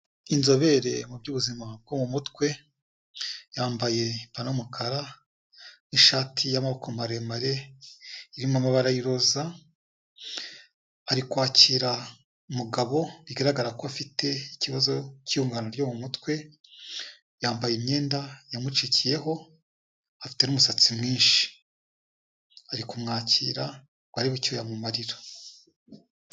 Inzobere mu by'ubuzima bwo mu mutwe, yambaye ipantaro y'umukara n'ishati y'amaboko maremare irimo amabara y'iroza, ari kwakira umugabo bigaragara ko afite ikibazo cy'ihungabana ryo mu mutwe, yambaye imyenda yamucikiyeho, afite n'umusatsi mwinshi. Ari kumwakira ngo arebe icyo yamumarira.